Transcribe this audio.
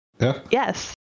Yes